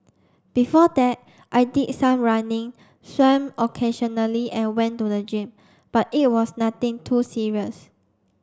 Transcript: before that I did some running swam occasionally and went to the gym but it was nothing too serious